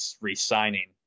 re-signing